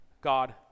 God